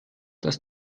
das